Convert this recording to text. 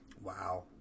Wow